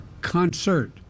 concert